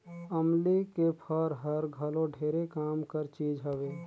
अमली के फर हर घलो ढेरे काम कर चीज हवे